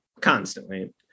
constantly